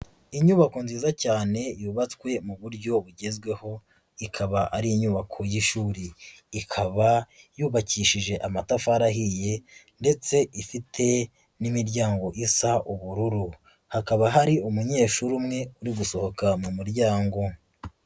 Inyubako nziza cyane yubatswe mu buryo bugezweho ikaba ari inyubako y'ishuri, ikaba yubakishije amatafari ahiye ndetse ifite n'imiryango isa ubururu, hakaba hari umunyeshuri umwe uri gusohoka mu muryango.